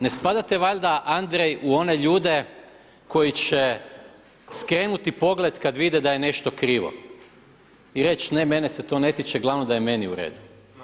Ne spadate valjda Andrej u one ljude koji će skrenuti pogled kad vide da je nešto krivo i reć ne, mene se to ne tiče, glavno da je meni u redu.